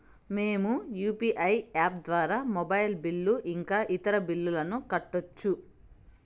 మేము UPI app ద్వారా mobile bill ఇంకా ఇతర బిల్లులను కట్టొచ్చు